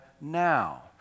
now